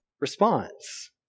response